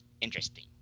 interesting